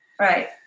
Right